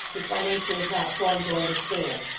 which my nature is not formed to understand,